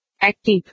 Active